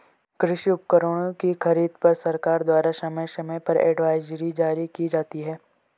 कृषि उपकरणों की खरीद पर सरकार द्वारा समय समय पर एडवाइजरी जारी की जाती है